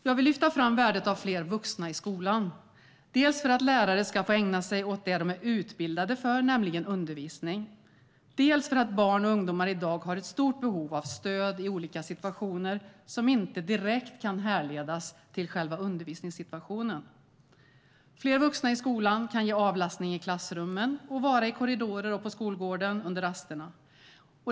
Jag vill lyfta fram värdet av fler vuxna i skolan, dels för att lärare ska få ägna sig åt det som de är utbildade för, nämligen undervisning, dels för att barn och ungdomar i dag har ett stort behov av stöd i olika situationer som inte direkt kan härledas till själva undervisningssituationen. Fler vuxna i skolan kan ge avlastning i klassrummen, och de kan vara i korridorer och på skolgården under rasterna.